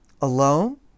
alone